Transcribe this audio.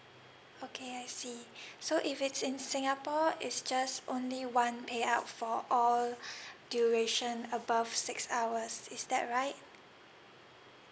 okay I see so if it's in singapore is just only one payout for all duration above six hours is that right